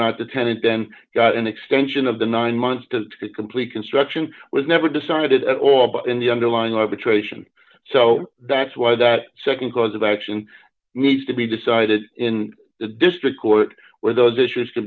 tenant then got an extension of the nine months to complete construction was never decided at all but in the underlying arbitration so that's why that nd cause of action needs to be decided in the district court where those issues